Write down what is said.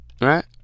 Right